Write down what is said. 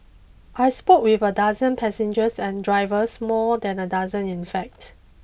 I spoke with a dozen passengers and drivers more than a dozen in fact